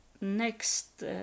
next